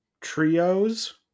trios